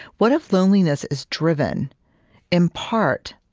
what if loneliness is driven in part